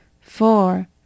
Four